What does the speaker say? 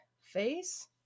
face